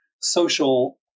social